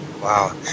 Wow